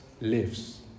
lives